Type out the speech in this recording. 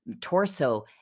torso